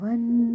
One